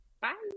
bye